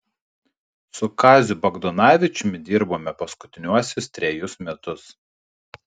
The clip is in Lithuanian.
su kaziu bagdonavičiumi dirbome paskutiniuosius trejus metus